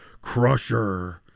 Crusher